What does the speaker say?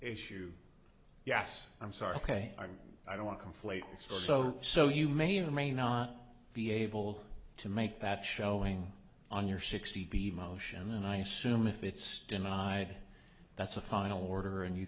issue yes i'm sorry ok i don't conflate so so you may or may not be able to make that showing on your sixty b motion and i assume if it's denied that's a final order